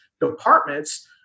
departments